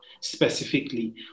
specifically